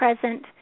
present